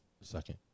Second